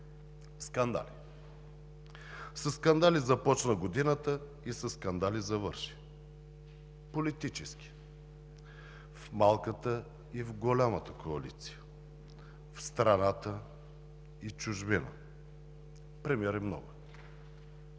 Скандали. Със скандали започна годината и със скандали завърши. Политически – в малката и в голямата коалиция, в страната и в чужбина – примери много.